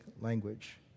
language